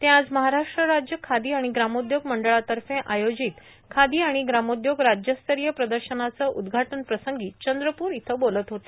ते आज महाराष्ट्र राज्य खादी आणि ग्रामउद्योग मंडळातर्फे आयोजित खादी आणि ग्रामोद्योग राज्यस्तरीय प्रदर्शनाचं उद्घाटन प्रसंगी चंद्रपूर इथं बोलत होते